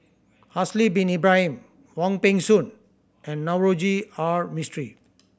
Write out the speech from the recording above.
Haslir Bin Ibrahim Wong Peng Soon and Navroji R Mistri